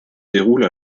déroule